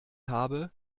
habe